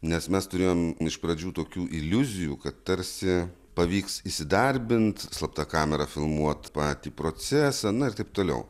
nes mes turėjom iš pradžių tokių iliuzijų kad tarsi pavyks įsidarbint slapta kamera filmuot patį procesą na ir taip toliau